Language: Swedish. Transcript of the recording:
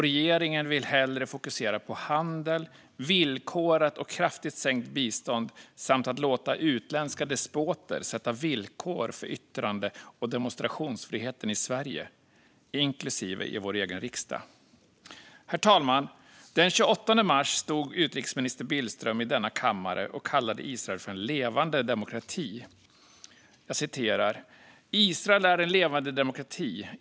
Regeringen vill hellre fokusera på handel, på villkorat och kraftigt sänkt bistånd och på att låta utländska despoter sätta villkor för yttrande och demonstrationsfriheten i Sverige, inklusive i Sveriges egen riksdag. Herr talman! Den 28 mars stod utrikesminister Billström i denna kammare och kallade Israel för en levande demokrati. "Israel är en levande demokrati.